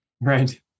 Right